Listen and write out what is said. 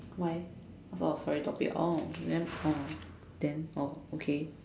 why cause of my topic oh then oh then oh okay